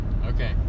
Okay